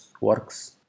works